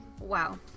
wow